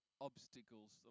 obstacles